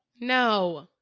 no